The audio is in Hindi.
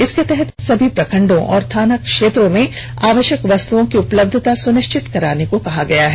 इसके तहत सभी प्रखण्डों और थाना क्षेत्रों में आवष्यक वस्तुओं की उपलब्धता सुनिष्चित कराने को कहा गया है